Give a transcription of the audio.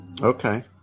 Okay